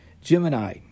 Gemini